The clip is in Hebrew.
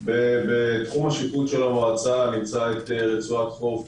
בתחום השיפוט של המועצה נמצא את רצועת החוף